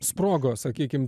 sprogo sakykim